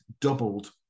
doubled